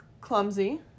clumsy